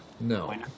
No